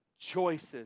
Choices